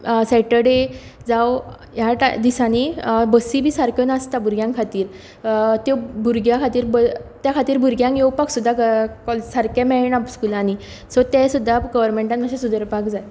जावं ह्या दिसांनी बसी बी सारक्यो नासता भुरग्यां खातीर त्यो भुरग्या खातीर त्या खातीर भुरग्यांक येवपाक सुद्दां सारकें मेळना स्कुलांनी सो ते सुद्दां गोवरमेंटान मातशें सुदरपाक जाय